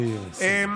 כן.